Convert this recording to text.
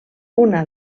una